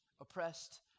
oppressed